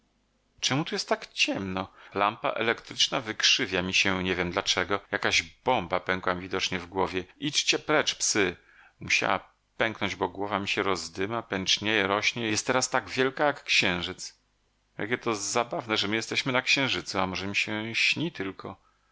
czemu tu jest tak ciemno lampa elektryczna wykrzywia mi się nie wiem dlaczego jakaś bomba pękła mi widocznie w głowie idźcie precz psy musiała pęknąć bo głowa mi się rozdyma pęcznieje rośnie jest teraz tak wielka jak księżyc jakie to zabawne że my jesteśmy na księżycu a może mi się śni tylko